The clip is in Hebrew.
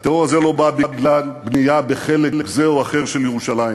הטרור הזה לא בא בגלל בנייה בחלק זה או אחר של ירושלים,